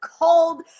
cold